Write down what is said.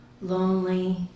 lonely